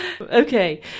Okay